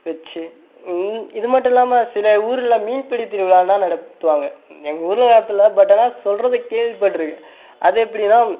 வைச்சு இது மட்டும் இல்லாமல் சில ஊரில் மீன் பிடித் திருவிழான்னா நடத்துவாங்க எங்கள் ஊரில் நடத்தலை பட் ஆனால் சொல்கிறத கேள்விப்பட்டிருக்கேன் அது எப்படின்னா